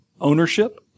ownership